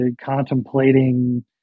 contemplating